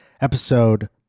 episode